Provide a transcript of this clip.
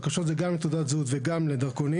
הרכשות זה גם תעודת זהות וגם לדרכונים,